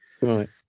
right